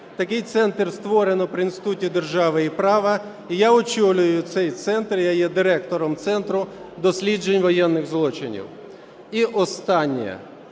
Такий центр створено при Інституті держави і права і я очолюю цей центр, я є директором Центру досліджень воєнних злочинів. І останнє.